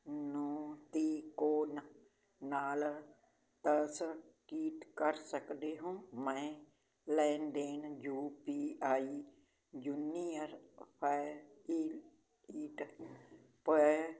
ਨੂੰ ਤਿਕੋਨਾ ਨਾਲ ਤਸਦੀਕ ਕਰ ਸਕਦੋ ਹੋ ਮੈਂ ਲੈਣ ਦੇਣ ਯੂ ਪੀ ਆਈ ਜੂਨੀਅਰ ਪੈਨੀ ਈਟ ਪੈ